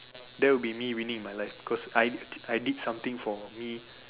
that will be me winning my life because I did I did something for me